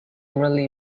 really